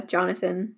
Jonathan